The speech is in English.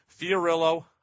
Fiorillo